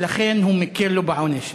ולכן הוא מקל לו בעונש.